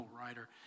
writer